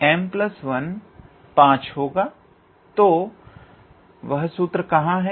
तो वह सूत्र कहां है